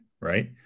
right